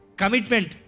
commitment